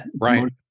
Right